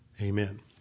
Amen